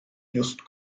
just